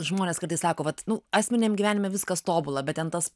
žmonės kartais sako vat nu asmeniniam gyvenime viskas tobula bet ten tas